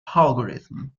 algorithm